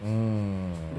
mm